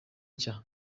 nshya